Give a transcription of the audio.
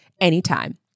anytime